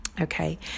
okay